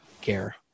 care